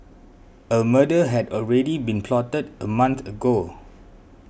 a murder had already been plotted a month ago